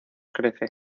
crece